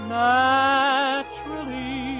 naturally